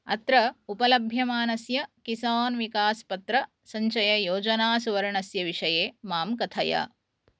अत्र उपलभ्यमानस्य किसान् विकास् पत्रसञ्चययोजनासुवर्णस्य विषये मां कथय